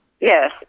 Yes